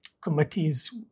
committees